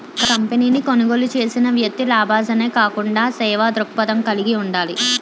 కంపెనీని కొనుగోలు చేసిన వ్యక్తి లాభాజనే కాకుండా సేవా దృక్పథం కలిగి ఉండాలి